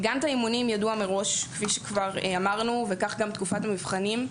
גאנט האימונים ידוע מראש וכך גם תקופת המבחנים.